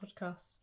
podcast